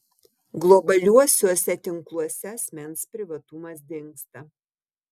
globaliuosiuose tinkluose asmens privatumas dingsta